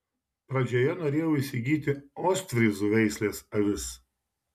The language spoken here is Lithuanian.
pradžioje norėjau įsigyti ostfryzų veislės avis